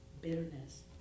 bitterness